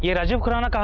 yeah rajiv khurana?